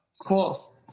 cool